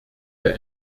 der